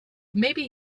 maybe